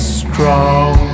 strong